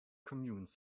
communes